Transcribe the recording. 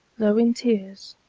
though in tears,